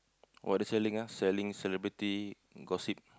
what they selling ah selling celebrity gossip